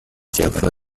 german